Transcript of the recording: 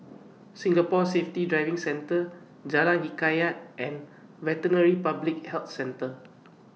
Singapore Safety Driving Centre Jalan Hikayat and Veterinary Public Health Centre